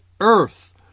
earth